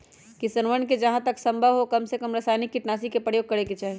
किसनवन के जहां तक संभव हो कमसेकम रसायनिक कीटनाशी के प्रयोग करे के चाहि